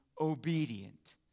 obedient